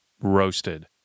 Roasted